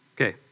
Okay